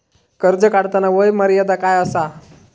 कर्ज काढताना वय मर्यादा काय आसा?